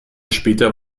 später